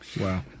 Wow